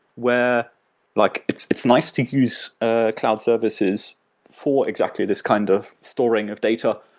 where like it's it's nice to use ah cloud services for exactly this kind of storing of data.